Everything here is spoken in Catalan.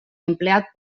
empleat